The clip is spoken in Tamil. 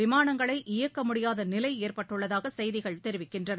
விமானங்களை இயக்க முடியாத நிலை ஏற்பட்டுள்ளதாக செய்திகள் தெரிவிக்கின்றன